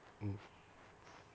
mm